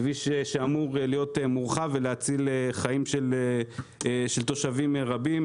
כביש שאמור להיות מורחב ולהציל חיים של תושבים רבים.